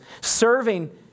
Serving